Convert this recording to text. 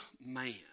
man